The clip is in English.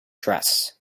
dress